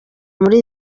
muri